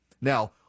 Now